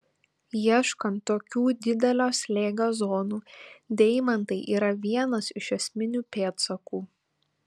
ieškant tokių didelio slėgio zonų deimantai yra vienas iš esminių pėdsakų